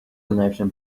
connection